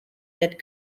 that